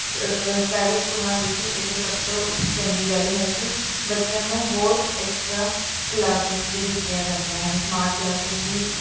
ਸ ਪ੍ਰਾਈਵੇਟ ਸਕੂਲਾਂ ਵਿੱਚ ਇਹ ਸਭ ਤੋਂ ਚੰਗੀ ਗੱਲ ਹੈ ਕਿ ਬੱਚਿਆਂ ਨੂੰ ਹੋਰ ਐਕਸਟਰਾ ਕਲਾਸਿਸ ਵੀ ਦਿੱਤੀਆਂ ਜਾਂਦੀਆਂ ਹਨ ਸਮਾਰਟ ਕਲਾਸਿਸ ਵੀ